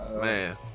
Man